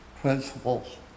Principles